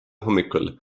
hommikul